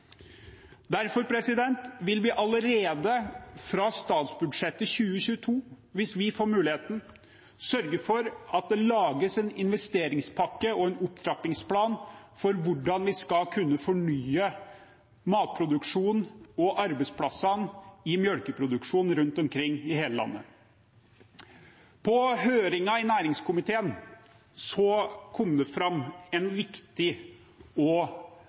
Derfor vil vi allerede fra statsbudsjettet 2022, hvis vi får muligheten, sørge for at det lages en investeringspakke og en opptrappingsplan for hvordan vi skal kunne fornye matproduksjonen og arbeidsplassene i melkeproduksjonen rundt omkring i hele landet. På høringen i næringskomiteen kom det fram en viktig og